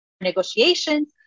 negotiations